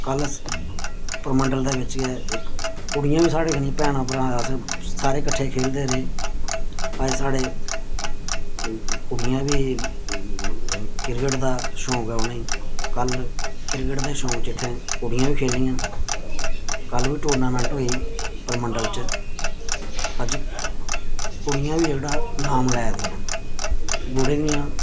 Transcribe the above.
कल परमंडल दे बिच्च गै कुड़ियां बी साढ़े कन्नै भैनां भ्राऽ अस सारे कट्ठे खेलदे रेह् अज्ज साढ़े कुड़ियां बी क्रिकेट दा शौंक ऐ उ'नेंगी कल क्रिकेट दे शौंक च इत्थै कुड़ियां बी खेलियां कल बी टूर्नामेंट होई परमंडल च अज्ज कुड़ियां बी जेह्ड़ा नाम लै दियां न गुढ़े दियां